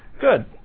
Good